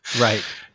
Right